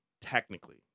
Technically